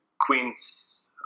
Queen's